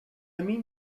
mean